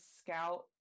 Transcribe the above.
scout